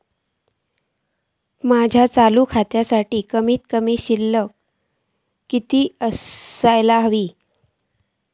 माझ्या चालू खात्यासाठी कमित कमी शिल्लक कितक्या असूक होया?